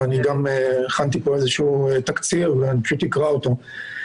גם הכנתי פה איזשהו תקציר ואני פשוט אקרא אותו.